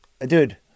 dude